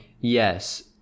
Yes